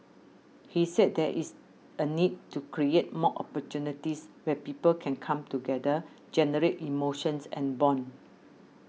he said there is a need to create more opportunities where people can come together generate emotions and bond